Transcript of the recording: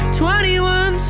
21